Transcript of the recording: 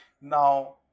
Now